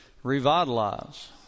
revitalize